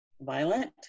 violent